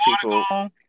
people